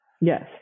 Yes